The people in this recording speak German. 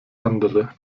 andere